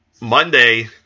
Monday